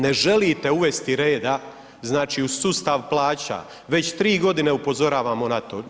Ne želite uvesti reda znači u sustav plaća, već 3 godine upozoravamo na to.